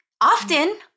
often